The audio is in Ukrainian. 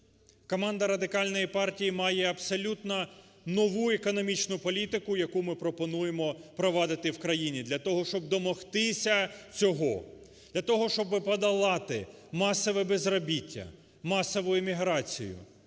Команда Радикальної партії має абсолютно нову економічну політику, яку ми пропонуємо впровадити в країні для того, щоб домогтися цього, для того, щоби подолати масове безробіття, масові еміграцію,